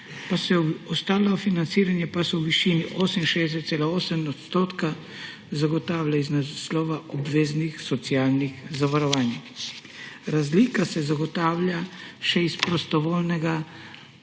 3,4 %, ostalo financiranje pa se v višini 68,8 % zagotavlja z naslova obveznih socialnih zavarovanj. Razlika se zagotavlja še iz prostovoljnega